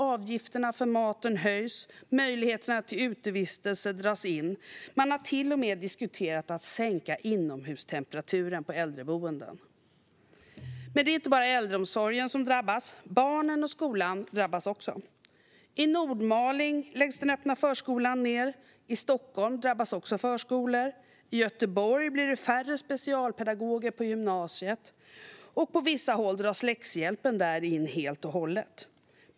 Avgifterna för maten höjs. Möjligheterna till utevistelse dras in. Man har till och med diskuterat att sänka inomhustemperaturen på äldreboenden. Men det är inte bara äldreomsorgen som drabbas. Barnen och skolan drabbas också. I Nordmaling läggs den öppna förskolan ned. I Stockholm drabbas också förskolor. I Göteborg blir det färre specialpedagoger på gymnasiet, och på vissa håll dras läxhjälpen in helt och hållet.